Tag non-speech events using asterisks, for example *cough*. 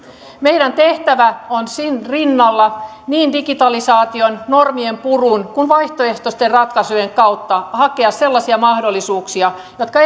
meidän tehtävämme on sen rinnalla niin digitalisaation normien purun kuin vaihtoehtoisten ratkaisujen kautta hakea sellaisia mahdollisuuksia jotka *unintelligible*